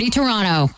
Toronto